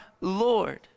Lord